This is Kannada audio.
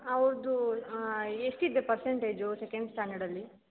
ಹೌದು ಎಷ್ಟಿದೆ ಪರ್ಸಂಟೇಜು ಸೆಕೆಂಡ್ ಸ್ಟ್ಯಾಂಡರ್ಡಲ್ಲಿ